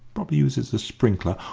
probably used as a sprinkler,